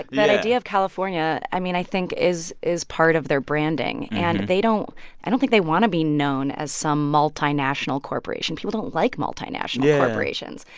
that idea of california, i mean, i think is is part of their branding. and they don't i don't think they want to be known as some multinational corporation. people don't like multinational corporations.